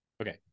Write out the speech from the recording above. Okay